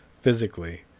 physically